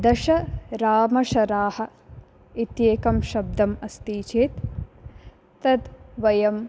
दशरामशराः इत्येकं शब्दं अस्ति चेत् तत् वयं